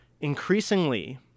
increasingly